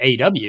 AW